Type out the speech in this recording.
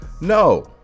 No